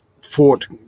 fought